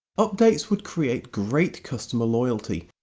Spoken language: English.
updates would create great customer loyalty,